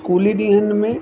स्कूली ॾींहनि में